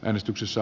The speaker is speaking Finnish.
kannatan